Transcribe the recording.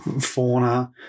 fauna